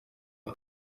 jya